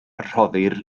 rhoddir